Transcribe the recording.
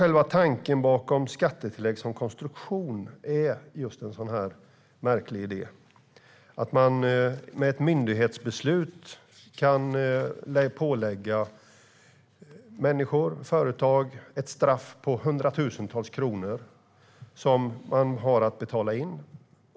Själva tanken bakom skattetillägg som konstruktion är just den märkliga idén att människor och företag med ett myndighetsbeslut kan påföras ett straff på hundratusentals kronor som man har att betala in.